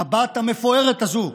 הבת המפוארת הזאת,